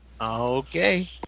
Okay